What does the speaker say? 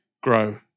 grow